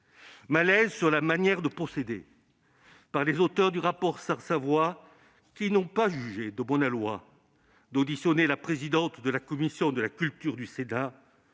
j'évoquerai la manière de procéder des auteurs du rapport Sarr-Savoy, qui n'ont pas jugé bon d'auditionner la présidente de la commission de la culture du Sénat,